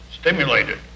stimulated